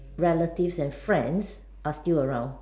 relatives and friends are still around